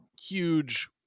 huge